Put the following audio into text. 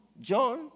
John